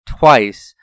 twice